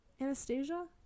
anastasia